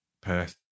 Perth